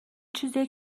چیزیه